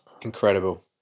incredible